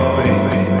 baby